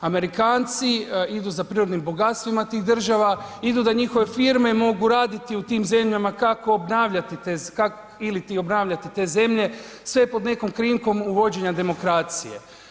Amerikanci idu za prirodnim bogatstvima tih država, idu da njihove firme mogu raditi u tim zemljama kako obnavljati te ili ti obnavljati te zemlje sve je pod nekom krinkom uvođenja demokracije.